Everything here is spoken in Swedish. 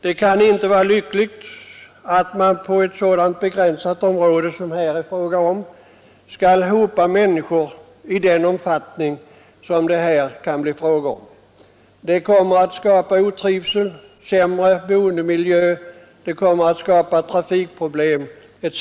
Det kan inte vara lyckligt att man på ett så begränsat område som det här gäller hopar människor i den omfattning som det här kan bli fråga om. Det kommer att skapa otrivsel, sämre boendemiljö, trafikproblem etc.